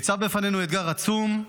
ניצב בפנינו אתגר עצום: